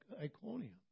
Iconium